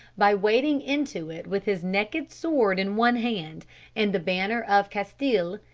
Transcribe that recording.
by wading into it with his naked sword in one hand and the banner of castile,